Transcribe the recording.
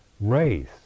race